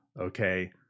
okay